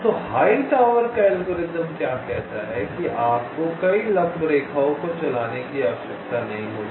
तो हाईटावर का एल्गोरिदम क्या कहता है कि आपको कई लंब रेखाओं को चलाने की आवश्यकता नहीं होगी